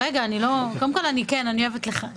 קודם כול, אני אוהבת לחנך.